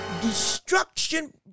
destruction